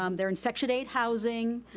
um they're in section eight housing.